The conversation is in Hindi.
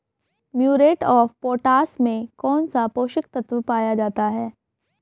म्यूरेट ऑफ पोटाश में कौन सा पोषक तत्व पाया जाता है?